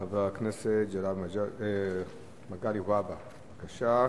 חבר הכנסת מגלי והבה, בבקשה.